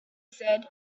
said